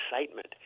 excitement